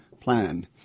plan